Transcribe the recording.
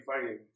fighting